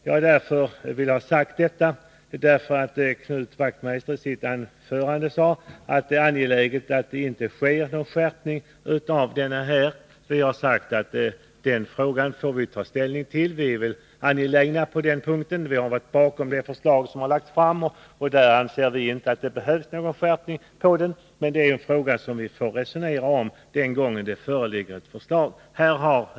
Jag vill ha detta sagt, därför att Knut Wachtmeister anförde att det är angeläget att ingen skärpning sker på denna punkt. Majoriteten har anfört att vi får ta ställning till den frågan om ytterligare förslag läggs fram. Vi har legat bakom det förslag som tidigare lagts fram, och vi anser inte att det nu behövs någon skärpning — men vi får resonera om detta den gång ett förslag föreligger.